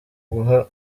guha